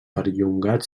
perllongat